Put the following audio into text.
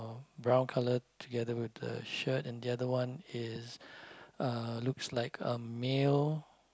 brown colour together with the shirt and the other one is uh looks like a male